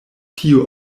tiu